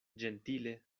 ĝentile